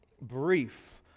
brief